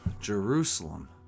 Jerusalem